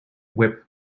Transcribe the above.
whip